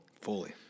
Fully